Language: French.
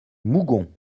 mougon